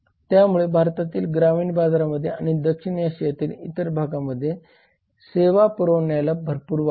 त्यामुळे भारतातील ग्रामीण बाजारामध्ये आणि दक्षिण आशियातील इतर भागांमध्ये सेवा पुरवण्याला भरपूर वाव आहे